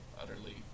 utterly